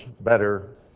better